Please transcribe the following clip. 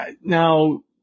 Now